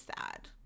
sad